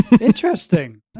Interesting